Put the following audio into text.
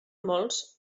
molts